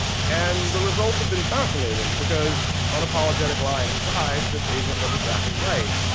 and the results have been fascinating, because, unapologetic lying aside, this agent was exactly right.